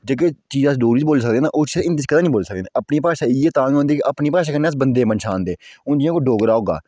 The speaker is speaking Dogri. ठीक ऐ जेह्के डोगरी बोली सकदे ओह् हिंदी च कदें निं बोली सकदे अपनी भाशा इ'यै होंदी कि अपनी भाशा कन्नै अस बंदे गी पंछानदे हून जि'यां कोई डोगरा होगा